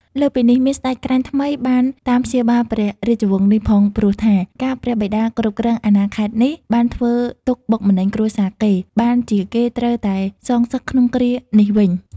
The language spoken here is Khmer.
លើសពីនេះ មានស្ដេចក្រាញ់ថ្មីបានតាមព្យាបាទព្រះរាជវង្សនេះផងព្រោះថា កាលព្រះបិតាគ្រប់គ្រងអាណាខេត្តនេះ បានធ្វើទុក្ខបុកម្នេញគ្រួសារគេ បានជាគេត្រូវតែសងសឹកក្នុងគ្រានេះវិញ ។